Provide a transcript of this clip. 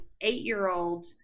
eight-year-old